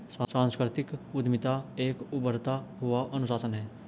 सांस्कृतिक उद्यमिता एक उभरता हुआ अनुशासन है